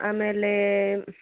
ಆಮೇಲೆ